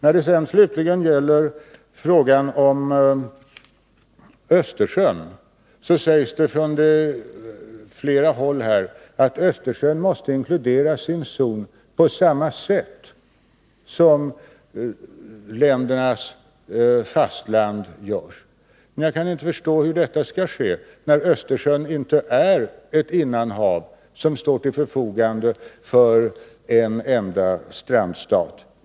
När det slutligen gäller frågan om Östersjön sägs det från flera håll att Östersjön måste inkluderas i en zon på samma sätt som ländernas fastland gör. Men jag kan inte förstå hur detta skall ske, när Östersjön inte är ett innanhav som står till förfogande för en enda strandstat.